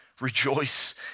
Rejoice